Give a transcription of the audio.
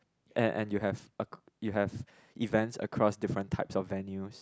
a~ and you have ac~ you have events across all different types of venues